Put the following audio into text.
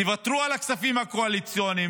תוותרו על הכספים הקואליציוניים,